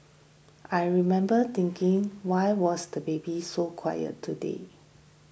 I remember thinking why was the baby so quiet today